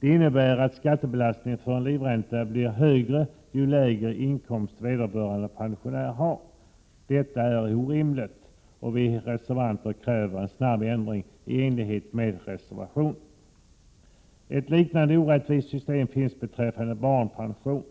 Det innebär att skattebelastningen för en livränta blir högre ju lägre inkomst vederbörande pensionär har. Detta är orimligt, och vi reservanter kräver en snabb ändring i enlighet med reservationen. Ett liknande orättvist system finns beträffande barnpension.